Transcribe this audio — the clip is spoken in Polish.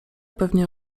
pewnie